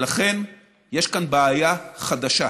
ולכן יש כאן בעיה חדשה.